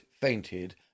fainted